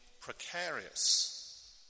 precarious